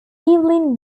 evelyn